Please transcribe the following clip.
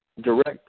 Direct